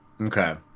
okay